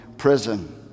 prison